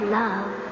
love